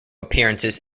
appearances